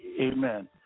Amen